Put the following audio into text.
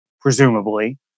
presumably